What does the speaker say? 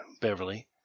beverly